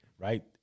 right